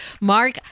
Mark